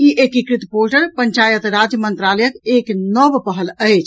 ई एकीकृत पोर्टल पंचायती राज मंत्रालयक एक नव पहल अछि